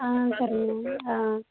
ஆ சரி ஆ